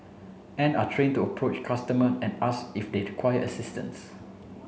and are trained to approach customer and ask if they require assistance